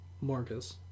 Marcus